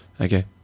Okay